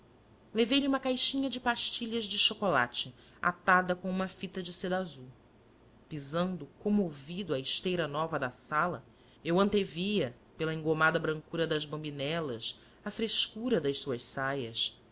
levei lhe uma caixinha de pastilhas de chocolate atada com uma fita de seda azul pisando comovido a esteira nova da sala eu antevia pela engomada brancura das bambinelas a frescura das suas saias